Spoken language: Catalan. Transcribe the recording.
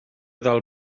del